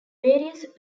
various